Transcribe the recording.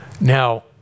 Now